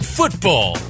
football